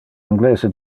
anglese